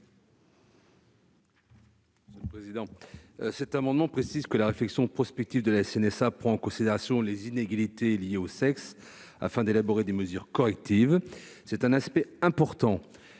commission ? Il s'agit de préciser que la réflexion prospective de la CNSA prend en considération les inégalités liées au sexe afin d'élaborer des mesures correctives. C'est un aspect important,